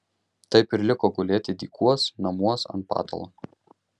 taip ir liko gulėti dykuos namuos ant patalo